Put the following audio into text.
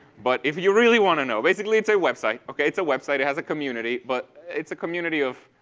but if you really want to know, basically it's a website. okay? it's a website. it has a community. but it's a community of,